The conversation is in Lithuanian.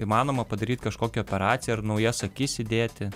įmanoma padaryt kažkokią operaciją ar naujas akis įdėti